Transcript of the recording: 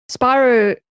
Spyro